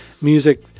music